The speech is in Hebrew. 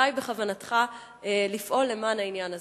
מתי בכוונתך לפעול למען העניין הזה,